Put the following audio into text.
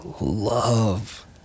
love